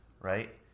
right